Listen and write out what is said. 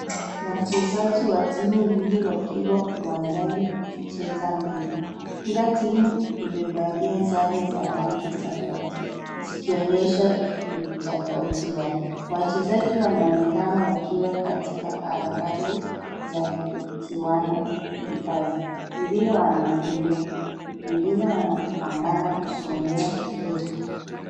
Wachezaji wa timu mbili wakiwa uwanjani wakicheza mpira. Kila timu imevalia sare za rangi tofauti, zikionyesha utofauti wao. Wachezaji wanaonekana wakiwa kwenye harakati za kujuana, wengine wanakimbia, wengine wanapambana kugombea mpira.